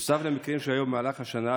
נוסף למקרים שהיו במהלך השנה,